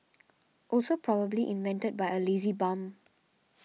also probably invented by a lazy bum